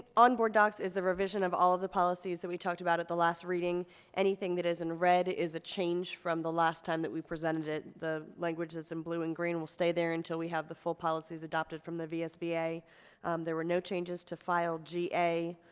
on board docs is the revision of all of the policies that we talked about at the last reading anything that is in red is a change from the last time that we presented it the languages in blue and green will stay there until we have the full policies adopted from the vsba there were no changes to file ga